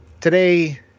today